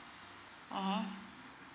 (uh huh)